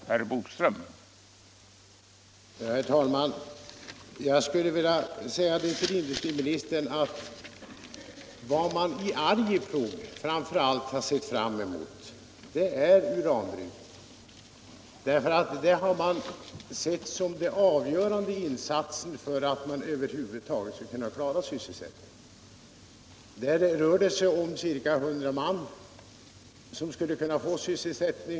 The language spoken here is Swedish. Herr talman! Jag skulle ville säga till industriministern att vad man i Arjeplog framför allt sett fram emot är uranbrytning. Man har betraktat detta som den avgörande insatsen för att sysselsättningen över huvud taget skulle kunna klaras. Genom uranbrytningen skulle ca 100 man kunna få sysselsättning.